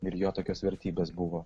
ir jo tokios vertybės buvo